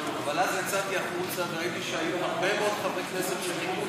אבל אז יצאתי החוצה וראיתי שהיו הרבה מאוד חברי כנסת בחוץ,